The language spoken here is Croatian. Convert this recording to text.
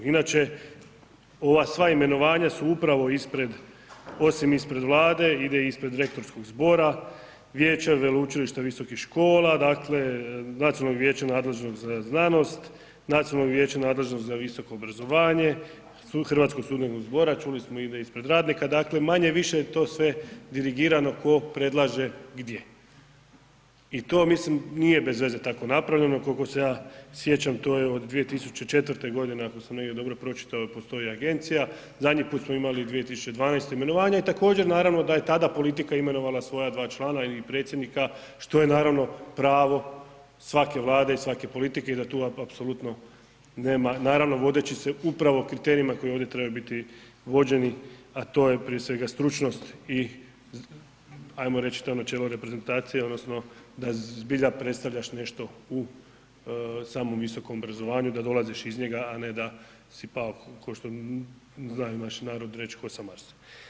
Inače, ova sva imenovanja su upravo ispred, osim ispred Vlade, ide ispred rektorskog zbora, vijeća, Veleučilišta visokih škola, dakle, Nacionalnog vijeća nadležnog za znanost, Nacionalnog vijeća nadležnog za visoko obrazovanje, Hrvatskog studentskog zbora, čuli smo ide ispred radnika, dakle, manje-više je to sve dirigirano ko predlaže gdje i to mislim nije bez veze tako napravljeno, kolko se ja sjećam, to je od 2004.g. ako sam negdje dobro pročitao, postoji agencija, zadnji put smo imali 2012. imenovanja i također naravno da je tada politika imenovala svoja dva člana i predsjednika, što je naravno pravo svake Vlade i svake politike i da tu apsolutno nema, naravno vodeći se upravo kriterijima koji ovdje trebaju biti vođeni, a to je prije svega stručnost i ajmo reći, to je načelo reprezentacije odnosno da zbilja predstavljaš nešto u samom visokom obrazovanju, da dolaziš iz njega, a ne da si pao košto znaju naši narod reći, ko sa Marsa.